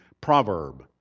proverb